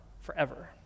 forever